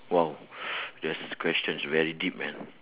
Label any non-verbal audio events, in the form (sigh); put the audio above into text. !wow! (noise) this question is very deep man